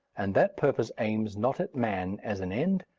and that purpose aims not at man as an end,